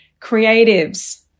Creatives